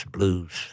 Blues